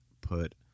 put